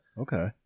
Okay